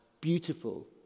beautiful